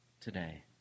today